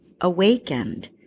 awakened